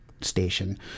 station